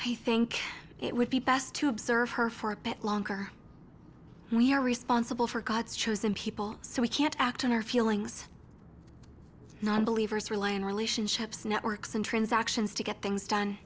i think it would be best to observe her for a bit longer we are responsible for god's chosen people so we can't act on our feelings nonbelievers rely on relationships networks and transactions to get things done